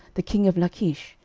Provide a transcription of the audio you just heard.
the king of lachish,